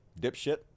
Dipshit